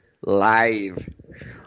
live